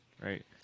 right